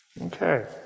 Okay